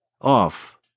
off